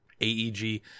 AEG